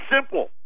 simple